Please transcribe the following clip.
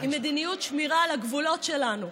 היא מדיניות שמירה על הגבולות שלנו,